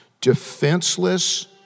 defenseless